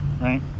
right